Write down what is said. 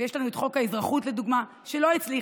יש לנו את חוק האזרחות, לדוגמה, שהיא לא הצליחה.